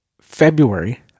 February